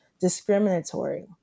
discriminatory